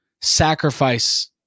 sacrifice